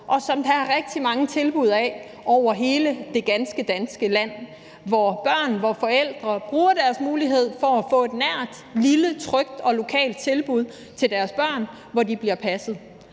og som der er rigtig mange tilbud af over hele det ganske danske land, og hvor forældre bruger deres mulighed for at få et nært, lille, trygt og lokalt tilbud til deres børn, hvor de bliver passet.